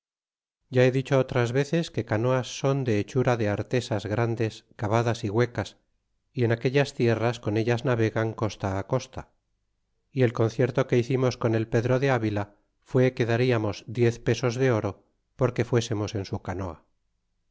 ya he dicho otras veces que canoas son de hechura de artesas grandes cavadas y huecas y en aquellas tierras con ellas navegan costa costa y el concierto que hicimos con el pedro de avila fué que dariamos diez pesos de oro porque fuésemos en su canoa